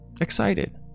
excited